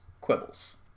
Quibbles